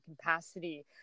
capacity